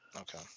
Okay